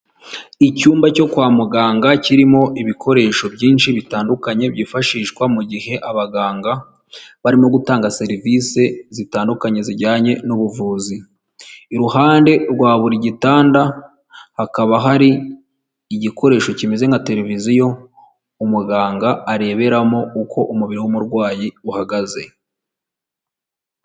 Icyumba cyo kwa muganga, kirimo ibikoresho byinshi bitandukanye byifashishwa mu gihe abaganga barimo gutanga serivisi zitandukanye zijyanye n'ubuvuzi. Iruhande rwa buri gitanda hakaba har’igikoresho kimeze nka televiziyo, umuganga areberamo uko umubiri w'umurwayi uhagaze.